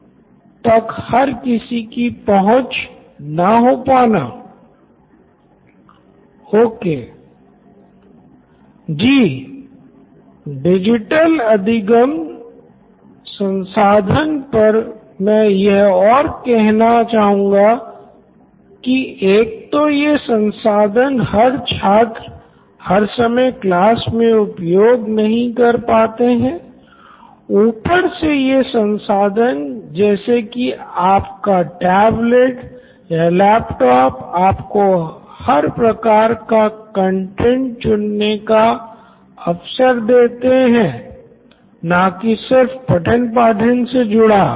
professor okay Nitin Kurian COO Knoin electronics ji digital अधिगम संसाधन पर मैं यह और कहना चाहूँगा की एक तो ये संसाधन हर छात्र हर समय क्लास मे उपयोग नहीं कर पाते हैं ऊपर से ये संसाधन जैसे कि आपका टबलेट या लैपटॉप आपको हर प्रकार का कंटैंट चुनने का अवसर देते है न की सिर्फ पठन पाठन से जुड़ा